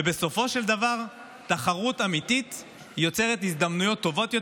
ובסופו של דבר תחרות אמיתית יוצרת הזדמנויות טובות יותר.